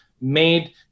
made